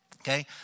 Okay